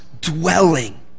dwelling